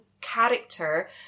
character